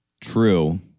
True